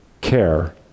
care